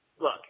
look